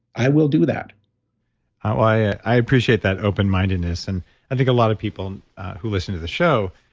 i will do that i appreciate that open-mindedness. and i think a lot of people who listen to the show,